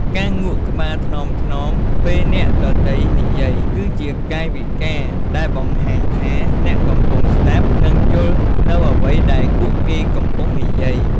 ការងក់ក្បាលថ្នមៗពេលអ្នកដទៃនិយាយ គឺជាកាយវិការដែលបង្ហាញថាអ្នកកំពុងស្តាប់ និងយល់នូវអ្វីដែលពួកគេកំពុងនិយាយ។